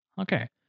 okay